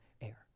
air